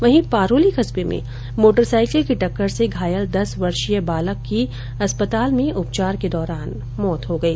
वहीं पारोली कस्बे में मोटरसाईकिल की टक्कर से घायल दस वर्षीय बालक की अस्पताल में उपचार के दौरान मौत हो गई